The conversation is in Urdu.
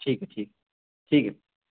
ٹھیک ہے ٹھیک ٹھیک ہے